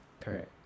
correct